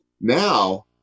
now